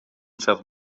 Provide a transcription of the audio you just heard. cert